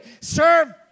Serve